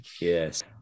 Yes